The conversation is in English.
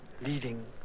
leading